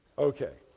ok.